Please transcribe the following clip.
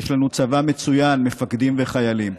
יש לנו צבא מצוין, מפקדים וחיילים,